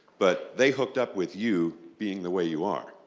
but they hooked up with you being the way you are.